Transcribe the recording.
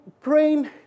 praying